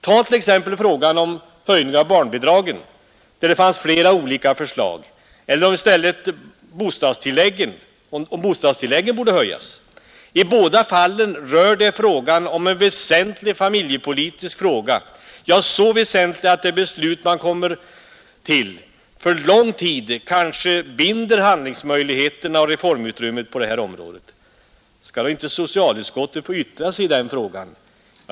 Ta t.ex. frågan huruvida barnbidragen, beträffande vilka det fanns flera olika förslag, eller bostadstilläggen borde höjas. I båda fallen gäller det väsentliga familjepolitiska frågor, så väsentliga att de beslut man kommer fram till för lång tid kanske binder handlingsmöjligheterna och reformutrymmet på detta område. Skall då socialutskottet inte få yttra sig i den frågan?